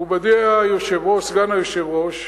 מכובדי סגן היושב-ראש